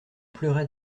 pleurait